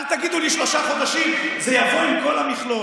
אל תגידו לי: שלושה חודשים, זה יבוא עם כל המכלול.